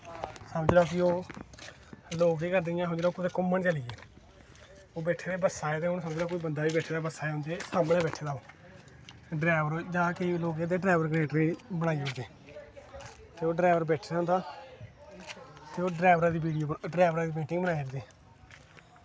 जेह्ड़ा फ्ही लोग केह् करदे कि समझी लैओ कि लोग घूमन चली गे ओह् समझी लैओ बैठे दे बसा च ते उंदा सामने बी बंदा बैठे दा ओह् केंई लोग ड्रैवर कलींडरें दी बनाई ओड़दे ते ओह् ड्रैवर बैठे दा होंदा ओह् ड्रैवरा दी पेंटिंग बनाई ओड़दे